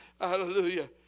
Hallelujah